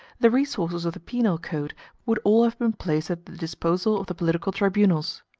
the resources of the penal code would all have been placed at the disposal of the political tribunals.